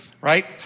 right